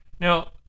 Now